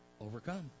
overcome